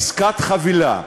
עסקת חבילה.